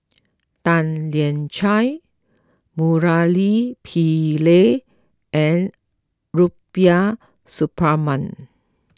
Tan Lian Chye Murali Pillai and Rubiah Suparman